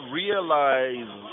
realize